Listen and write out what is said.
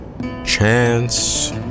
chance